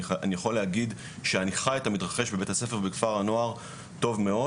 אני יכול להגיד שאני חי את המתרחש בבית הספר ובכפר הנוער טוב מאוד.